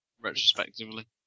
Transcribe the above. retrospectively